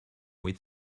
with